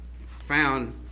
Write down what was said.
found